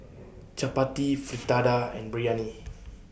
Chapati Fritada and Biryani